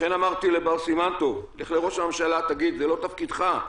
לכן אמרתי לבר סימן טוב: לך לראש הממשלה ותגיד שזה לא תפקידך.